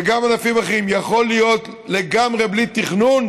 וגם ענפים אחרים, יכולה להיות לגמרי בלי תכנון,